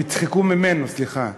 יצחקו ממנו, סליחה.